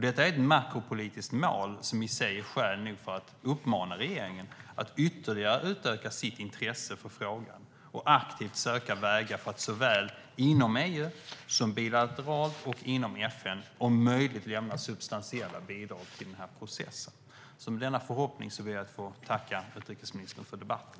Detta är ett makropolitiskt mål som i sig är skäl nog för att uppmana regeringen att ytterligare utöka sitt intresse för frågan och aktivt söka vägar för att såväl inom EU som bilateralt och inom FN om möjligt lämna substantiella bidrag till processen. Med denna förhoppning ber jag att få tacka utrikesministern för debatten.